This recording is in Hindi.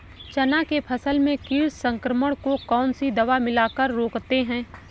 चना के फसल में कीट संक्रमण को कौन सी दवा मिला कर रोकते हैं?